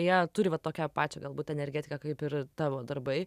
jie turi va tokią pačią galbūt energetiką kaip ir tavo darbai